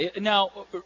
Now